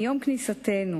מיום כניסתנו,